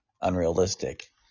unrealistic